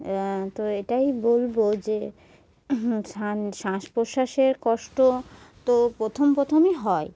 তো এটাই বলবো যে শান শ্বাস প্রশ্বাসের কষ্ট তো প্রথম প্রথমই হয়